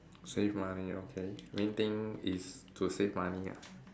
save money okay main thing is to save money ah